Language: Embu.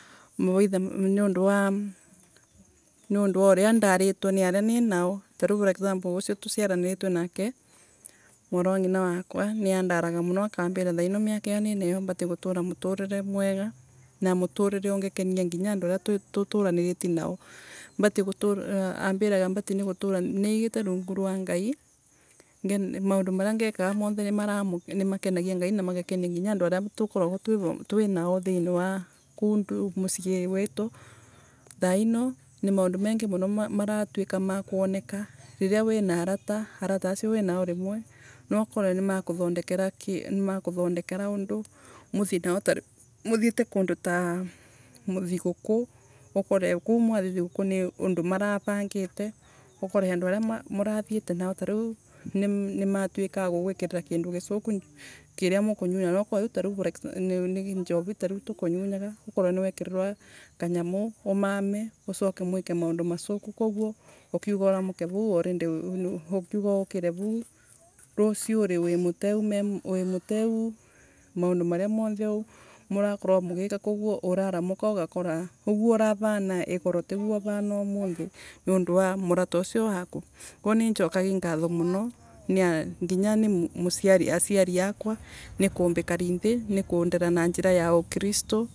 niundu niundu wa uria ndaritwe ni aria ni nao, tariu for example ucio tuciaraniritwe nake, muuru wa ngina wakwa, niandaraga muno akambira thaino miaka iyo ninayo mvote gutura muturire mwega na muture ungikenera nginya andu aria tuturaniririti nao. Mbatiee gutura ambiraga mbatie gutura ni igite rungu rwa Ngai, maundu maria ngekaga ni makenagia Ngai na magakenia nginya andu aria tukoragwa twinao thiini wa kuuu muciirii wetu. Thaino ni maundu mengi muno maratuika ma kwoneka, riria wina arata, arata acio wina o rimwe nookorwe. Nimakuthondekera undu. Muthieta kunduta thiguku, ukore kuu mwathie thiguku kwi na andu maravangite ukare andu aria murathiete nao, tariu nimatuika a guguikirira kindu gicuku kiria mukunyuyaga tariu fare ni njovi mukunyaga ukore ni wekirirwa kanyamu umami, ucoke muike maundu macuku koguo ukiuga uramuke vau koguo already, ukiuga uramuke vau rucioii wi muteu ma maundu maria monthe murakorwa mugiika koguo uraramuka ugakora uguo uravana igoro tiguo uvana umuthi niundu wa murata ucio waku. Koguo ninjokagia ngatho muno nginya ni muciari aciari akwa ni kumbikari nthi na Kundera na njira ya ukiristu